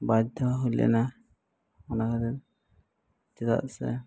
ᱵᱟᱫᱽᱫᱷᱚ ᱦᱩᱭ ᱞᱮᱱᱟ ᱚᱱᱟᱛᱮ ᱪᱮᱫᱟᱜ ᱥᱮ